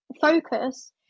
focus